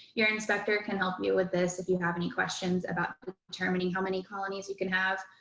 your inspector can help you with this if you have any questions about determining how many colonies, you can have.